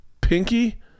pinky